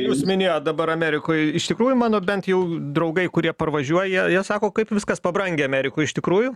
jūs minėjot dabar amerikoj iš tikrųjų mano bent jau draugai kurie parvažiuoja jie jie sako kaip viskas pabrangę amerikoj iš tikrųjų